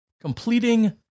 completing